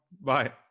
bye